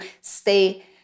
stay